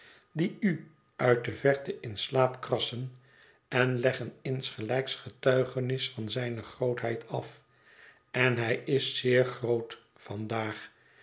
die u uit de verte in slaap krassen en leggen ingelijks getuigenis van zijne grootheid af en hij is zeer groot